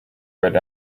red